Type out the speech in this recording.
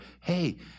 hey